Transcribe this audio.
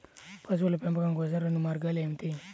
పశువుల పెంపకం కోసం రెండు మార్గాలు ఏమిటీ?